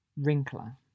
Wrinkler